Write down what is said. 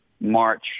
March